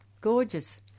gorgeous